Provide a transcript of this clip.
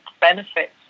benefits